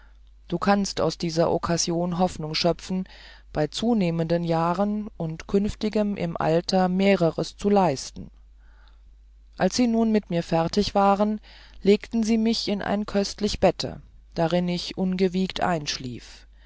du kannst aus dieser okkasion hoffnung schöpfen bei zunehmenden jahren und künftigem im alter mehrers zu leisten da sie nun mit mir fertig waren legten sie mich in ein köstlich bette darin ich ungewiegt entschlief